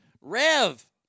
Rev